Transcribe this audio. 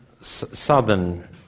southern